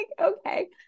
Okay